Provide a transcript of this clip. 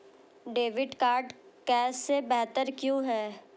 Debit card cash से बेहतर क्यों है?